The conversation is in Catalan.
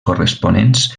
corresponents